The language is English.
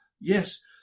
yes